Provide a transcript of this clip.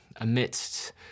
amidst